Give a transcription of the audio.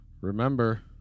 remember